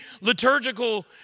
liturgical